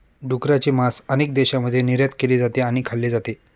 डुकराचे मांस अनेक देशांमध्ये निर्यात केले जाते आणि खाल्ले जाते